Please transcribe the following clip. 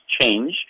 change